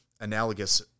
analogous